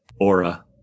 aura